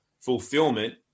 fulfillment